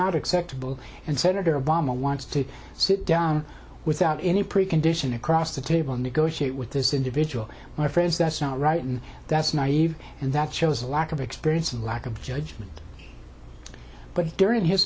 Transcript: not acceptable and senator obama wants to sit down without any precondition across the table negotiate with this individual my friends that's not right and that's naive and that shows a lack of experience and lack of judgment but during his